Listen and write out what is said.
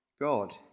God